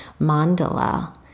mandala